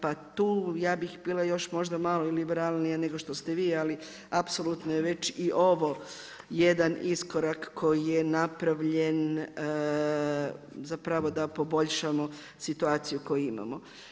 Pa tu, ja bih bila još malo i liberalnija nego što ste vi ali apsolutno je već i ovo jedan iskorak koji je napravljen zapravo da poboljšamo situaciju koju imamo.